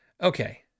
Okay